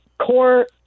core –